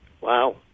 Wow